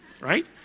right